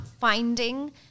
finding